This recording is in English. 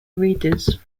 readers